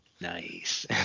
Nice